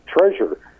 treasure